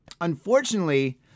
unfortunately